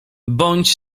bądź